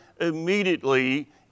immediately